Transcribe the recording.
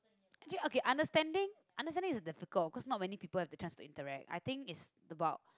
okay okay understanding understanding is difficult because not many people have chance to interact I think it's about